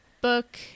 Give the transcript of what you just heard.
book